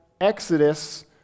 exodus